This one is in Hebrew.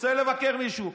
רוצה לבקר מישהו.